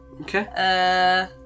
Okay